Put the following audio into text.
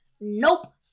Nope